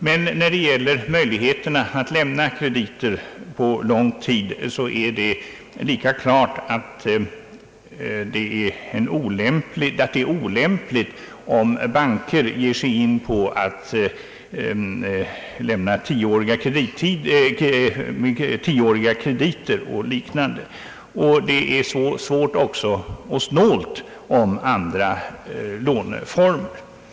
Men när det gäller möjligheterna att lämna krediter på lång tid, så är det klart olämpligt, om banker ger sig in på 10-åriga krediter och liknande arrangemang — och det är snålt om andra låneformer än bankkrediter.